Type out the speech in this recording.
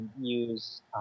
use